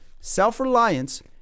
self-reliance